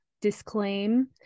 disclaim